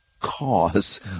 cause